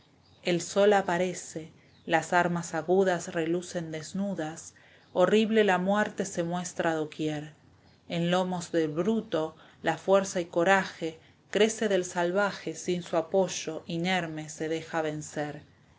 el sol aparece las armas agudas relucen desnudas horrible la muerte se muestra doquier en lomos del bruto la fuerza y coraje crece del salvaje sin su apoyo inerme se deja vencer